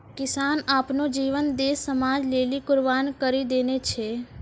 किसान आपनो जीवन देस समाज लेलि कुर्बान करि देने छै